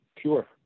Sure